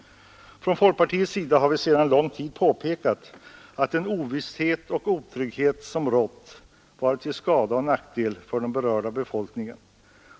Från folkpartiets sida har vi sedan lång tid påpekat att den ovisshet och otrygghet som rått varit till skada och 195 nackdel för den berörda befolkningen.